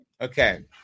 Okay